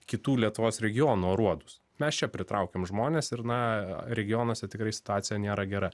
kitų lietuvos regionų aruodus mes čia pritraukiam žmones ir na regionuose tikrai situacija nėra gera